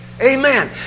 Amen